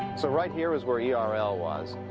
so right here was where yeah erl was.